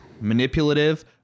manipulative